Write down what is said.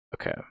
Okay